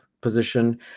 position